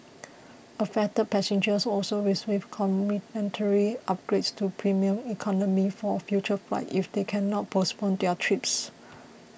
affected passengers will also receive complimentary upgrades to premium economy for future flights if they cannot postpone their trips